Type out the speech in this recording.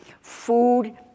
food